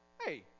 Hey